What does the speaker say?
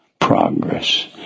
Progress